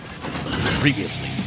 Previously